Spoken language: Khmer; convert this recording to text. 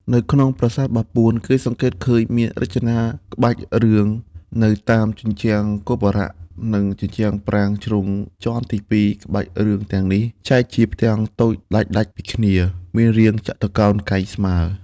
នៅក្នុងប្រាសាទបាពួនគេសង្កេតឃើញមានរចនាក្បាច់រឿង នៅតាមជញ្ជាំងគោបុរៈនិងជញ្ជាំងប្រាង្គជ្រុងជាន់ទី២ក្បាច់រឿងទាំងនេះ ចែកជាផ្ទាំងតូចដាច់ៗពីគ្នាមានរាងចតុកោណកែងស្មើរ។